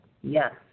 yes